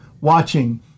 watching